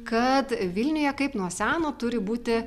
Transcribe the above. kad vilniuje kaip nuo seno turi būti